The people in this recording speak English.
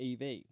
ev